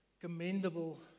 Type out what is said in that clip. commendable